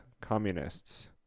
communists